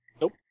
Nope